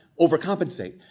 overcompensate